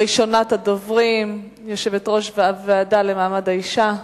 ראשונת הדוברים, יושבת-ראש הוועדה למעמד האשה,